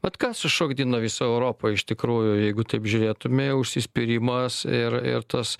vat kas šokdina visą europoje iš tikrųjų jeigu taip žiūrėtume užsispyrimas ir ir tas